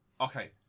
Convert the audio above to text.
Okay